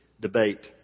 debate